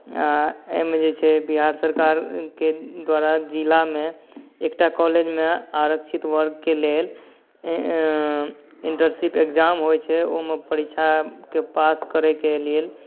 आओर एहिमे जे छै बिहार सरकारके द्वारा जिलामे एकटा कॉलेजमे आरक्षित वर्गके लेल इन्टर्नशिप एग्जाम होइ छै ओहिमे परीक्षाके पास करैके लेल